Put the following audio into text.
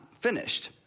finished